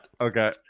Okay